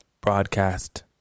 broadcast